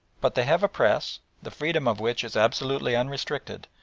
but they have a press, the freedom of which is absolutely unrestricted,